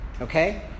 okay